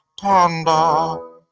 panda